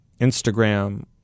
Instagram